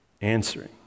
answering